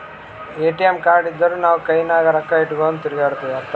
ATM card ಇದ್ದೂರ್ ನಾವು ಕೈನಾಗ್ ರೊಕ್ಕಾ ಇಟ್ಗೊಂಡ್ ತಿರ್ಗ್ಯಾಡದ್ ಹತ್ತಲಾ